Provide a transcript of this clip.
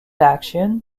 action